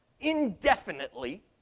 indefinitely